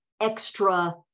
extra